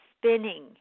spinning